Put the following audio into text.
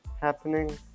happening